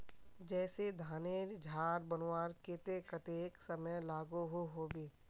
जैसे धानेर झार बनवार केते कतेक समय लागोहो होबे?